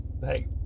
hey